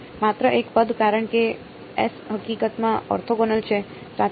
માત્ર એક પદ કારણ કે s હકીકતમાં ઓર્થોગોનલ છે સાચું